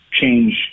change